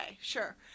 sure